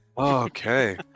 Okay